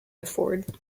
afford